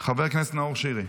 חבר הכנסת נאור שירי.